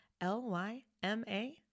L-Y-M-A